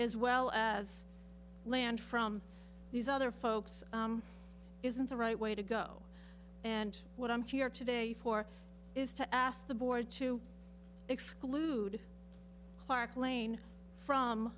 as well as land from these other folks isn't the right way to go and what i'm here today for is to ask the board to exclude clark lane